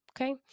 okay